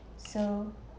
so